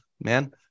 man